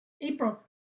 april